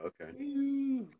Okay